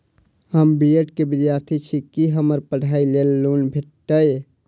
हम B Ed केँ विद्यार्थी छी, की हमरा पढ़ाई लेल लोन भेटतय?